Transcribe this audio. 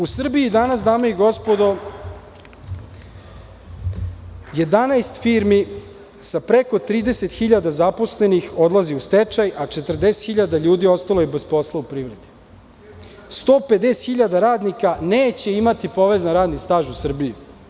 Inače, u Srbiji danas dame i gospodo 11 firmi sa preko 30 hiljada zaposlenih odlazi u stečaj, a 40 hiljada ljudi je ostalo bez posla u privredi, 150 hiljada radnika neće imati povezan radni staž u Srbiji.